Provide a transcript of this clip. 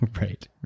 right